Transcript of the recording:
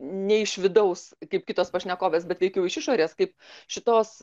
ne iš vidaus kaip kitos pašnekovės bet veikiau iš išorės kaip šitos